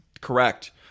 correct